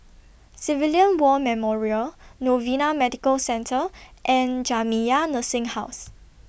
Civilian War Memorial Novena Medical Centre and Jamiyah Nursing Home